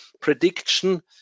prediction